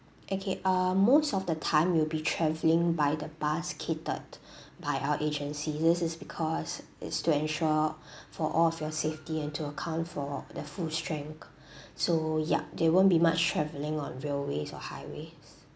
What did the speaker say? okay uh most of the time will be travelling by the bus catered by our agency this is because is to ensure for all of your safety and to account for the full strength so yup there won't be much travelling on railways or highways